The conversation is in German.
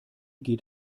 geht